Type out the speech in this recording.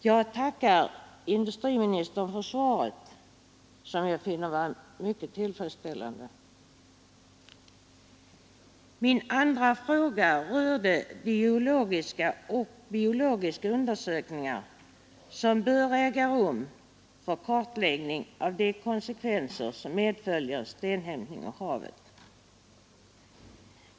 Jag tackar industriministern för svaret, som jag finner mycket tillfredsställande. Min andra fråga rörde de geologiska och biologiska undersökningar som bör äga rum för kartläggning av de konsekvenser som medföljer stenhämtning ur havet.